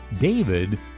David